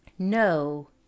No